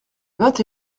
vingt